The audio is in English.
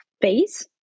face